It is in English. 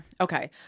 Okay